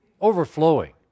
overflowing